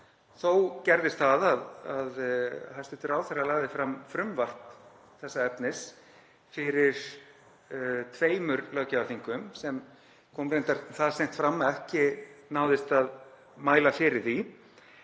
þó gerðist það að hæstv. ráðherra lagði fram frumvarp þessa efnis fyrir tveimur löggjafarþingum, sem kom reyndar það seint fram að ekki náðist að mæla fyrir því.